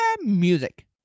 music